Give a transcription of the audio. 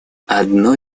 одно